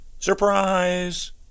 Surprise